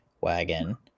wagon